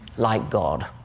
like god.